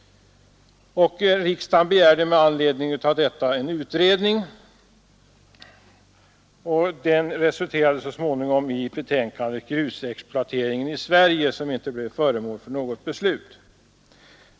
Riksdagen begärde med anledning därav en utredning, och den resulterade så småningom i betänkandet Grusexploateringen i Sverige, som inte blev föremål för något beslut.